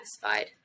satisfied